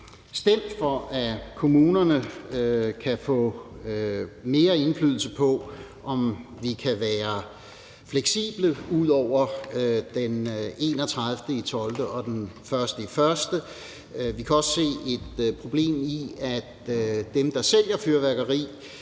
stemt for, at kommunerne kan få mere indflydelse på, om vi kan være fleksible ud over den 31. december og den 1. januar. Vi kan også se et problem i, at dem, der sælger fyrværkeri,